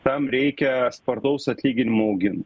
tam reikia spartaus atlyginimų augimo